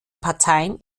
parteien